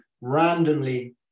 randomly